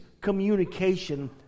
communication